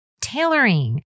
tailoring